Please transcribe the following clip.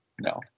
no